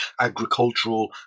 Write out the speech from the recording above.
agricultural